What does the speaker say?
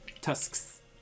tusks